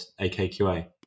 AKQA